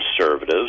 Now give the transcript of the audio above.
Conservatives